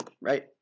right